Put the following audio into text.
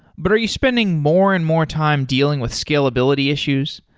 but are you spending more and more time dealing with scalability issues?